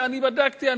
אני בדקתי.